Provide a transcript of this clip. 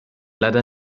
leider